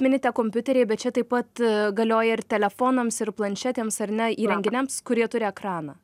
minite kompiuteriai bet čia taip pat galioja ir telefonams ir planšetėms ar ne įrenginiams kurie turi ekraną